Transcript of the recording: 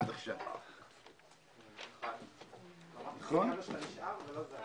המחיה המינימלי לעציר בתא יהיה 4.5 מטר מרובע.